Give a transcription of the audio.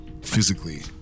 physically